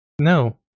no